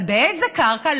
אבל באיזו קרקע?